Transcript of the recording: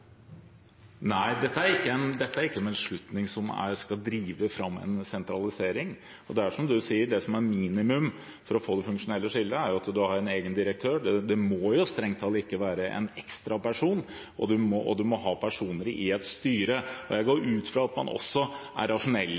Nei, dette er ikke en beslutning som skal drive fram en sentralisering. Det er som du sier: Det som er minimum for å få det funksjonelle skillet, er at man har en egen direktør – det må jo strengt tatt ikke være en ekstra person – og man må ha personer i et styre. Og jeg går ut fra at man også er